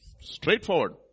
Straightforward